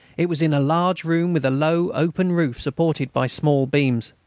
it was in a large room with a low open roof supported by small beams.